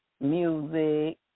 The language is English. music